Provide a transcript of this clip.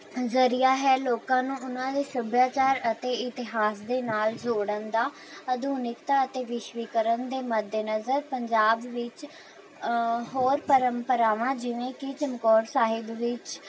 ਜ਼ਰੀਆ ਹੈ ਲੋਕਾਂ ਨੂੰ ਉਨ੍ਹਾਂ ਦੇ ਸੱਭਿਆਚਾਰ ਅਤੇ ਇਤਿਹਾਸ ਦੇ ਨਾਲ ਜੋੜਨ ਦਾ ਆਧੁਨਿਕਤਾ ਅਤੇ ਵਿਸ਼ਵੀਕਰਨ ਦੇ ਮੱਦੇ ਨਜ਼ਰ ਪੰਜਾਬ ਵਿੱਚ ਹੋਰ ਪਰੰਪਰਾਵਾਂ ਜਿਵੇਂ ਕਿ ਚਮਕੌਰ ਸਾਹਿਬ ਵਿੱਚ